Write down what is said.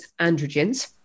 androgens